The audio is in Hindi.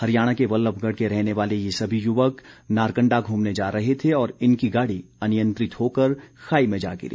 हरियाणा के वल्लभगढ़ के रहने वाले ये सभी युवक नारकंडा घूमने जा रहे थे और इनकी गाड़ी अनियंत्रित होकर खाई में जा गिरी